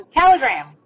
telegram